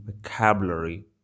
vocabulary